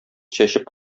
чәчеп